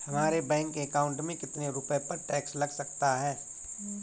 हमारे bank account में कितने रुपये पर टैक्स लग सकता है?